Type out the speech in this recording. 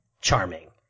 charming